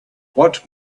what